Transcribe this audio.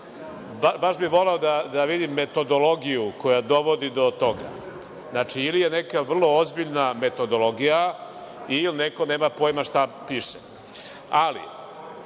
Baš bih voleo da vidim metodologiju koja dovodi do toga. Znači, ili je neka vrlo ozbiljna metodologija ili neko nema pojma šta piše. Ali,